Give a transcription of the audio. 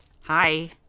Hi